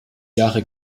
jahre